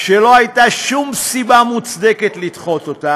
שלא הייתה שום סיבה מוצדקת לדחות אותה,